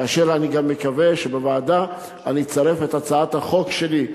ואני מקווה שבוועדה אצרף גם את הצעת החוק שלי,